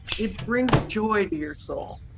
it brings joy to your soul.